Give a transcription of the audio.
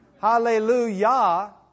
Hallelujah